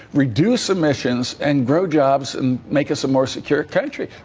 reduce emissions, and grow jobs, and make us a more secure country.